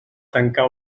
tancar